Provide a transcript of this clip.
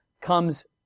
comes